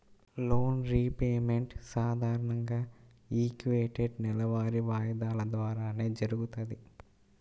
loan repayment సాధారణంగా equated నెలవారీ వాయిదాల ద్వారానే జరుగుతది